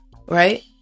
Right